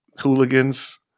hooligans